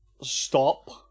Stop